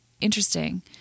interesting